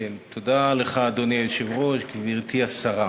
אדוני היושב-ראש, תודה לך, גברתי השרה,